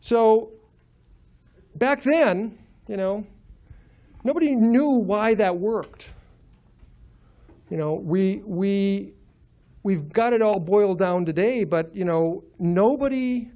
so back then you know nobody knew why that worked you know we we've got it all boiled down today but you know nobody